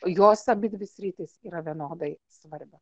jos abidvi sritys yra vienodai svarbio